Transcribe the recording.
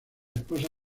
esposa